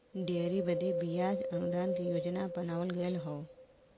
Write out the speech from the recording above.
dairy बदे बियाज अनुदान के योजना बनावल गएल हौ